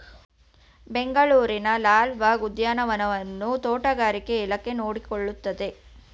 ಬೆಂಗಳೂರಿನ ಲಾಲ್ ಬಾಗ್ ಉದ್ಯಾನವನವನ್ನು ತೋಟಗಾರಿಕೆ ಇಲಾಖೆ ನೋಡಿಕೊಳ್ಳುತ್ತದೆ